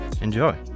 Enjoy